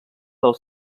del